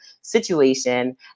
situation